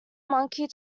monkey